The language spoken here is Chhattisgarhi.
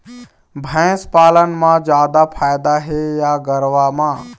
भैंस पालन म जादा फायदा हे या गरवा म?